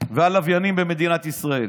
והלוויינים במדינת ישראל.